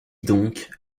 donc